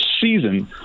season